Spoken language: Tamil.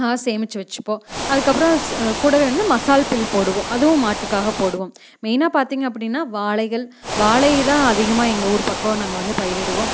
சேமித்து வெச்சுப்போம் அதுக்கப்புறம் கூடவே வந்து மசால் பில் போடுவோம் அதுவும் மாட்டுக்காகப் போடுவோம் மெயினாக பார்த்தீங்க அப்படின்னா வாழைகள் வாழை தான் அதிகமாக எங்கள் ஊர் பக்கம் நாங்கள் வந்து பயிரிடுவோம்